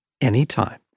anytime